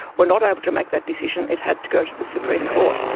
were not able to make that decision, it had to go to the supreme court.